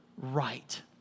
right